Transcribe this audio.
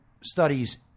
studies